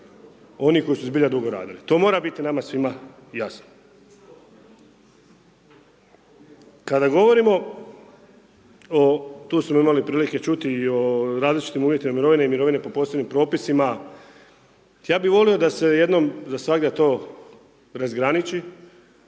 onih koji su zbilja dugo radili. To mora biti nama svima jasno. Kada govorimo o, tu smo imali prilike čuti i o različitim uvjetima mirovine i mirovine po posebnim propisima, ja bi volio da se jednom zasvagda to razgraniči